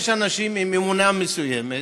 יש אנשים עם אמונה מסוימת,